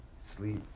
sleep